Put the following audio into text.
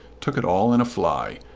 took it all in a fly,